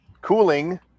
Cooling